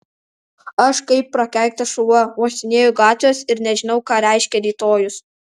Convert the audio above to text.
aš kaip prakeiktas šuo uostinėju gatves ir nežinau ką reiškia rytojus